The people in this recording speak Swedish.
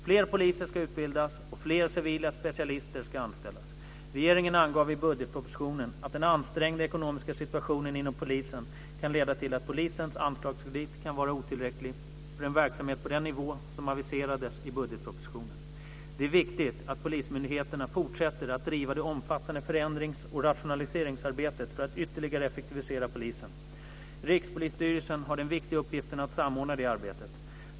Fler poliser ska utbildas, och fler civila specialister ska anställas. Regeringen angav i budgetpropositionen att den ansträngda ekonomiska situationen inom polisen kan leda till att polisens anslagskredit kan vara otillräcklig för en verksamhet på den nivå som aviserades i budgetpropositionen. Det är viktigt att polismyndigheterna fortsätter att driva det omfattande förändrings och rationaliseringsarbetet för att ytterligare effektivisera polisen. Rikspolisstyrelsen har den viktiga uppgiften att samordna det arbetet.